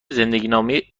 زندگینامه